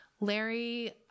Larry